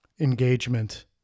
Engagement